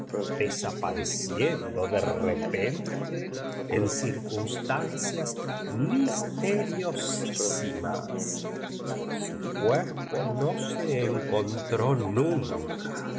desapareciendo de repente en circunstancias rnisterioririmas su cuerpo no se encontró nunca